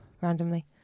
randomly